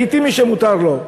זה לגיטימי, מותר לו.